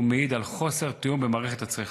ומעיד על חוסר תיאום במערכת הצריכה.